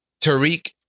Tariq